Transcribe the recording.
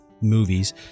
movies